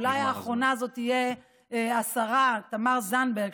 אולי האחרונה תהיה השרה תמר זנדברג,